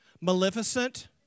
Maleficent